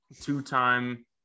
two-time